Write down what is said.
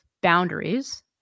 boundaries